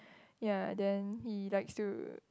ya then he likes to